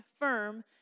firm